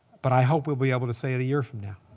but i hope we'll be able to say it a year from now.